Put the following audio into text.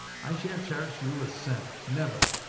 i shan't charge you a cent never.